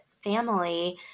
family